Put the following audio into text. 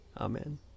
Amen